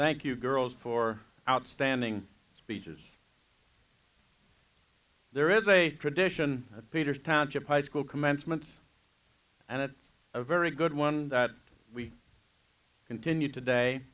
thank you girls for outstanding speeches there is a tradition of peter's township high school commencement and it's a very good one that we continue today